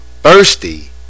thirsty